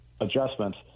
adjustments